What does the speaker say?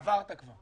עברת כבר.